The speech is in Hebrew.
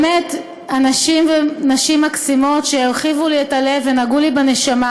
באמת אנשים ונשים מקסימים שהרחיבו לי את הלב ונגעו לי בנשמה.